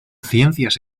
ciencias